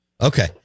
Okay